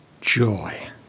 joy